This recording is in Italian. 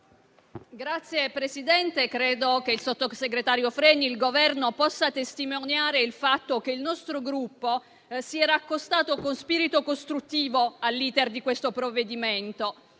Signor Presidente, credo che il sottosegretario Freni e il Governo possano testimoniare il fatto che il nostro Gruppo si era accostato con spirito costruttivo all’iter di questo provvedimento,